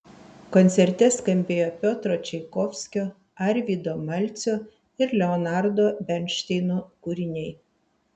koncerte skambėjo piotro čaikovskio arvydo malcio ir leonardo bernšteino kūriniai